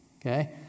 Okay